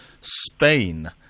Spain